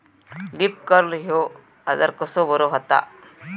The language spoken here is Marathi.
लीफ कर्ल ह्यो आजार कसो बरो व्हता?